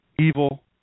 evil